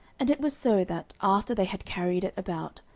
and it was so, that, after they had carried it about,